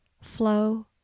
flow